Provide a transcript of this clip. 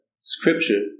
scripture